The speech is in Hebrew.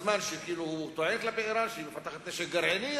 בזמן שהוא טוען כלפי אירן שהיא מפתחת נשק גרעיני,